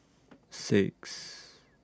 six